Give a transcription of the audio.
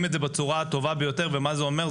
את זה בצורה הטובה ביותר ומה זה אומר?